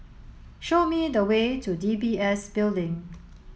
show me the way to D B S Building